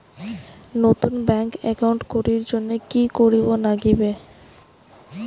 নতুন bank account করির জন্যে কি করিব নাগিবে?